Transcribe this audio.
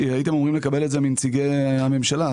לקבל מנציגי הממשלה.